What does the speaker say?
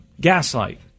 Gaslight